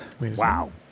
Wow